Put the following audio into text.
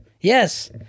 Yes